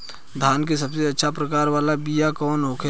धान के सबसे अच्छा प्रकार वाला बीया कौन होखेला?